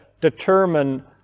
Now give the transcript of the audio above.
determine